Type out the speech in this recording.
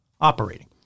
operating